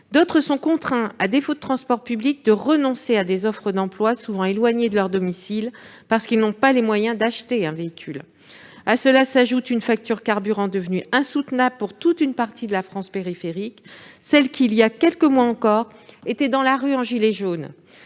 D'autres sont contraints, faute de transport public, de renoncer à des emplois, souvent éloignés de leur domicile, parce qu'ils n'ont pas les moyens d'acheter un véhicule. À cela s'ajoute une facture de carburant devenue insoutenable pour toute une partie de la France périphérique, celle qui, il y a quelques mois encore, était dans la rue en gilet jaune.